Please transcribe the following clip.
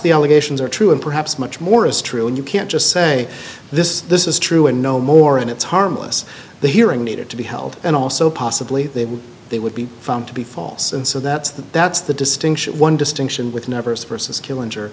the allegations are true and perhaps much more is true and you can't just say this this is true and no more and it's harmless the hearing needed to be held and also possibly they would they would be found to be false and so that's the that's the distinction one distinction with never a person's kill injure